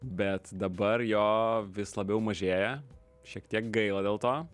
bet dabar jo vis labiau mažėja šiek tiek gaila dėl to